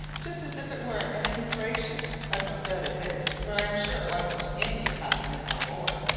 just as if it were an inspiration, as no doubt it is, for i am sure it wasn't in me half a minute before.